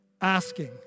asking